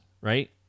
right